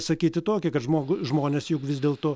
sakyti tokį kad žmog žmonės juk vis dėlto